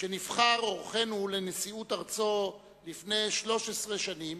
כשנבחר אורחנו לנשיאות ארצו לפני 13 שנים,